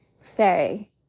say